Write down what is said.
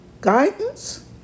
guidance